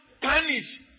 punish